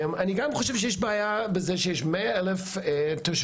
אני גם חושב שיש בעיה בזה שיש 100 אלף תושבי